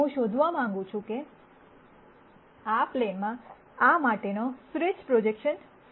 હું શોધવા માંગું છું કે આ પ્લેનમાં આ માટેનો શ્રેષ્ઠ પ્રોજેકશન શું છે